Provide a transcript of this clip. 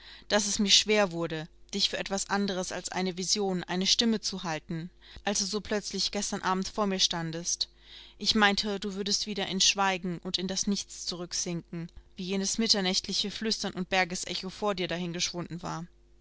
daß es mir schwer wurde dich für etwas anderes als eine vision eine stimme zu halten als du so plötzlich gestern abend vor mir standest ich meinte du würdest wieder in schweigen und in das nichts zurücksinken wie jenes mitternächtliche flüstern und bergesecho vor dir dahingeschwunden war